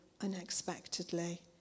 unexpectedly